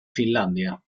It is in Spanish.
finlandia